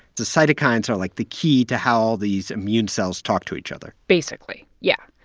the cytokines are, like, the key to how all these immune cells talk to each other basically, yeah.